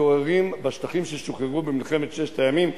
שמתגוררים בשטחים ששוחררו במלחמת ששת הימים,